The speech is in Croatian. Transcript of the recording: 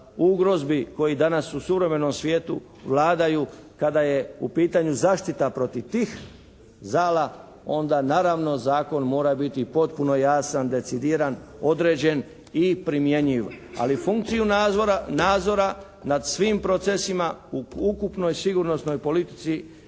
ugrozbi koji su danas u suvremenom svijetu vladaju, kada je u pitanju zaštita protiv tih zala, onda naravno zakon mora biti potpuno jasan, decidiran, određen i primjenjiv. Ali funkciju nadzora nad svim procesima u ukupnoj sigurnosnoj politici